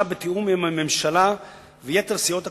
בתיאום עם הממשלה ויתר סיעות הקואליציה.